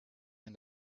and